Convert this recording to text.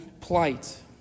plight